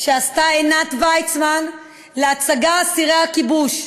שעשתה עינת ויצמן להצגה "אסירי הכיבוש".